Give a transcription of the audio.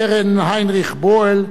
קרן היינריך בל,